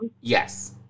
Yes